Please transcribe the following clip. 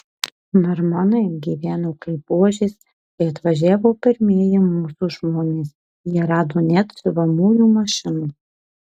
mormonai gyveno kaip buožės kai atvažiavo pirmieji mūsų žmonės jie rado net siuvamųjų mašinų